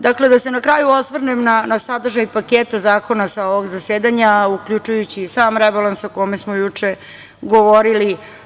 Dakle, da se na kraju osvrnem na sadržaj paketa zakona sa ovog zasedanja, uključujući i sam rebalans o kome smo juče govorili.